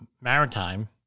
Maritime